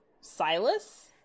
Silas